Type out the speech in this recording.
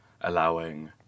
allowing